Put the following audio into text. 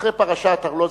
אחרי פרשת ארלוזורוב.